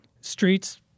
streets